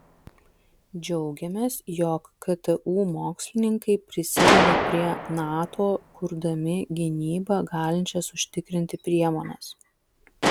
džiaugiamės jog ktu mokslininkai prisideda prie nato kurdami gynybą galinčias užtikrinti priemones